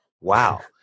wow